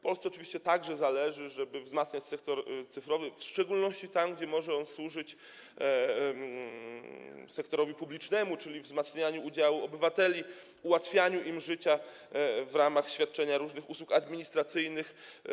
Polsce oczywiście także zależy na tym, żeby wzmacniać sektor cyfrowy, w szczególności tam, gdzie może on służyć sektorowi publicznemu, czyli wzmacnianiu udziału obywateli, ułatwianiu im życia w ramach świadczenia różnych usług administracyjnych.